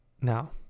now